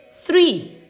Three